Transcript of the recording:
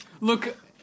Look